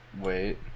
Wait